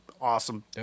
awesome